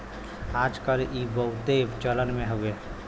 आज कल ई बहुते चलन मे हउवे